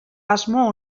asmo